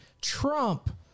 Trump